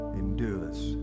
endures